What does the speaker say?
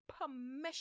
permission